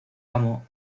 amo